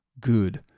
good